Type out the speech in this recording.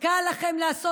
כל הזעזוע